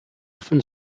often